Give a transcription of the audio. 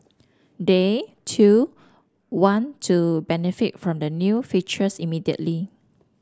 they too want to benefit from the new features immediately